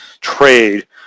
trade